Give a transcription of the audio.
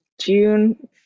june